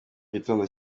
gitondo